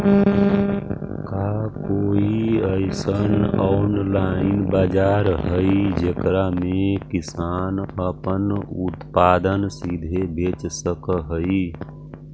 का कोई अइसन ऑनलाइन बाजार हई जेकरा में किसान अपन उत्पादन सीधे बेच सक हई?